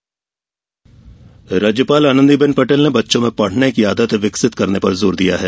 राज्यपाल राज्यपाल आनंदी बेन पटेल ने बच्चों में पढ़ने की आदत विकसित करने पर जोर दिया है